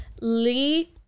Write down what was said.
lee